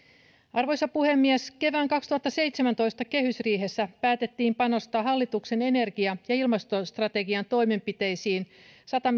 arvoisa puhemies kevään kaksituhattaseitsemäntoista kehysriihessä päätettiin panostaa hallituksen energia ja ilmastostrategian toimenpiteisiin sata